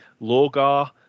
Logar